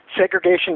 segregation